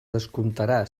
descomptarà